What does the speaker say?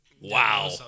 wow